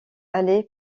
aller